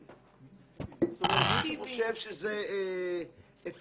אם מישהו חושב שזה אפקטיבי,